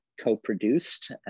co-produced